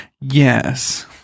yes